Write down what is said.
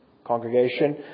congregation